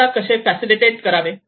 कोणाला कसे फॅसिलिटेट्स करावे